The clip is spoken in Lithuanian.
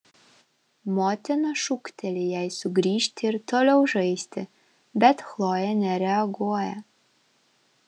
motina šūkteli jai sugrįžti ir toliau žaisti bet chlojė nereaguoja